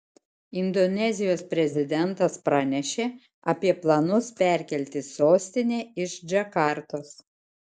indonezijos prezidentas pranešė apie planus perkelti sostinę iš džakartos